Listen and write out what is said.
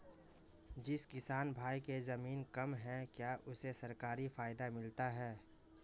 जिस किसान भाई के ज़मीन कम है क्या उसे सरकारी फायदा मिलता है?